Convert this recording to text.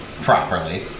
properly